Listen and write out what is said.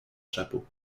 chapeau